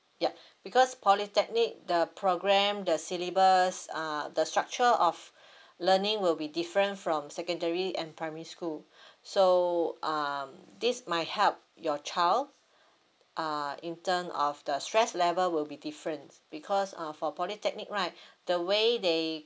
ya because polytechnic the programme the syllabus uh the structure of learning will be different from secondary and primary school so um this might help your child uh in terms of the stress level will be different because uh for polytechnic right the way they